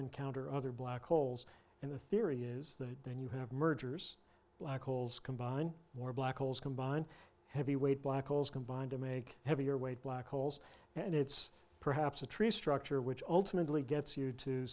encounter other black holes and the theory is that then you have mergers black holes combine more black holes combine heavy weight black holes combine to make heavier weight black holes and it's perhaps a tree structure which ultimately gets you to